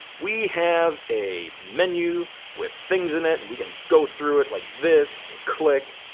we have a menu with things in it. we can go through it like this and click.